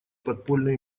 подпольной